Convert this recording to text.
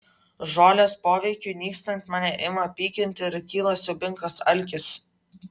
žolės poveikiui nykstant mane ima pykinti ir kyla siaubingas alkis